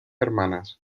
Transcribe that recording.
hermanas